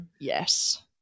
Yes